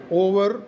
over